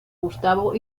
gustavo